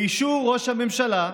באישור ראש הממשלה,